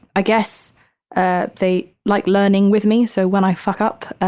i guess ah they like learning with me. so when i fuck up,